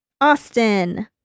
Austin